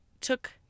took